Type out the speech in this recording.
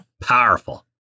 Powerful